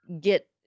Get